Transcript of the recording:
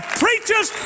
preachers